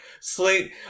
slate